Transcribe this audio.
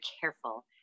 careful